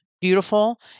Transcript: beautiful